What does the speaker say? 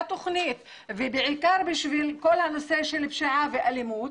תוכנית בעיקר בשביל כל הנושא של הפשיעה והאלימות,